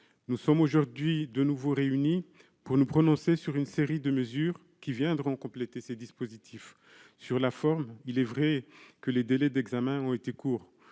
Nous sommes aujourd'hui de nouveau réunis pour nous prononcer sur une série de mesures qui viendront compléter ces dispositifs. Sur la forme, il est vrai que les délais d'examen ont été courts.